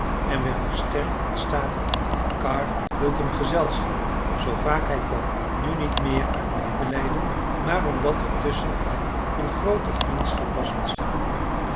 en werd een sterk en statig dier karr hield hem gezelschap zoo vaak hij kon nu niet meer uit medelijden maar omdat er tusschen hen een groote vriendschap was ontstaan